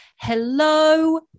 Hello